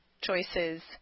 choices